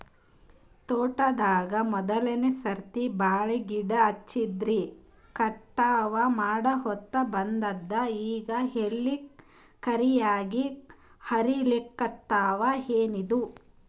ತೋಟದಾಗ ಮೋದಲನೆ ಸರ್ತಿ ಬಾಳಿ ಗಿಡ ಹಚ್ಚಿನ್ರಿ, ಕಟಾವ ಮಾಡಹೊತ್ತ ಬಂದದ ಈಗ ಎಲಿ ಕರಿಯಾಗಿ ಹರಿಲಿಕತ್ತಾವ, ಏನಿದು?